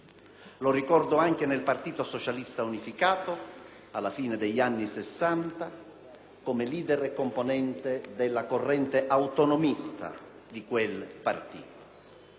Lo ricordo anche nel Partito Socialista Unificato, alla fine degli anni '60, come *leader* e componente della corrente autonomista di quel partito.